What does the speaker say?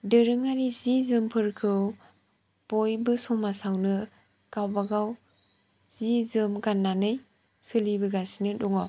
दोरोङारि जि जोमफोरखौ बयबो समाजावनो गावबा गाव जि जोम गाननानै सोलि बोगासिनो दङ